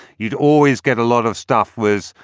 you'd always get a lot of stuff was,